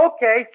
Okay